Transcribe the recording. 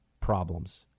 problems